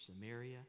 Samaria